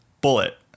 bullet